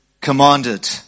commanded